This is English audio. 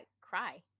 cry